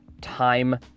time